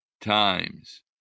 times